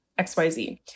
XYZ